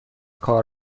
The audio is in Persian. کار